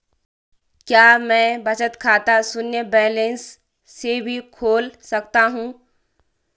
क्या मैं बचत खाता शून्य बैलेंस से भी खोल सकता हूँ?